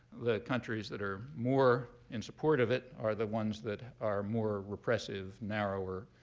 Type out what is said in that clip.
the countries that are more in support of it are the ones that are more repressive, narrower,